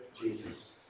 Jesus